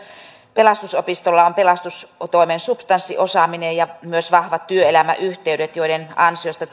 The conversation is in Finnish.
pelastusopistolla on pelastustoimen substanssiosaaminen ja myös vahvat työelämäyhteydet joiden ansiosta